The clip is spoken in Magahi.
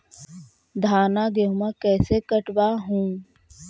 धाना, गेहुमा कैसे कटबा हू?